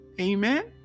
amen